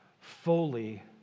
fully